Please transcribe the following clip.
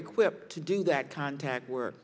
equipped to do that contact were